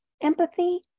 empathy